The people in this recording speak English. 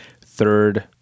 third